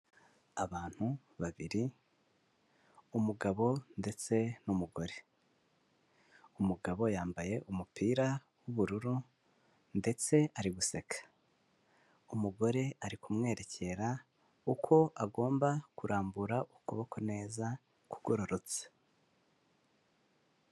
Abantu babiri umugabo ndetse n'umugore, umugabo yambaye umupira w'ubururu ndetse ari guseka, umugore ari kumwerekera uko agomba kurambura ukuboko kwe neza kugororotse.